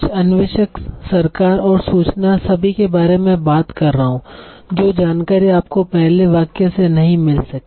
कुछ अन्वेषक सरकार और सूचना सभी के बारे में बात कर रहा हू जो जानकारी आपको पहले वाक्य से नहीं मिल सकी